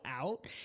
out